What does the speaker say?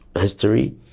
history